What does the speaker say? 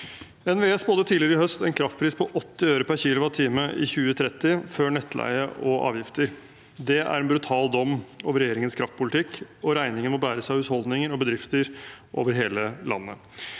NVE spådde tidligere i høst en kraftpris på 80 øre per kWh i 2030, før nettleie og avgifter. Det er en brutal dom over regjeringens kraftpolitikk, og regningen må bæres av husholdninger og bedrifter over hele landet.